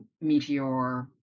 Meteor